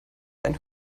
ein